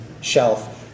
shelf